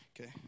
Okay